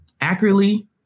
accurately